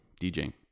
DJing